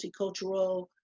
multicultural